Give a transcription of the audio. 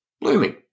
Blooming